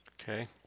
Okay